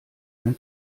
ein